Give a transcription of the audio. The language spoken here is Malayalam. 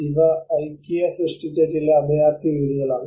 ഇവ ഐകിയ സൃഷ്ടിച്ച ചില അഭയാർഥി വീടുകളാണ്